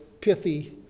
pithy